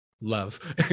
love